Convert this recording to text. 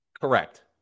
Correct